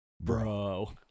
Bro